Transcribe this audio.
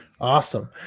Awesome